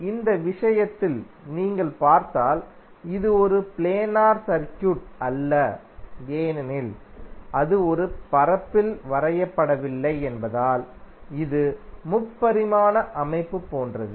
எனவே இந்த விஷயத்தில் நீங்கள் பார்த்தால் இது ஒரு பிளேனார் சர்க்யூட் அல்ல ஏனெனில் அது ஒரு பரப்பில் வரையப்படவில்லை என்பதால் இது முப்பரிமாண அமைப்பு போன்றது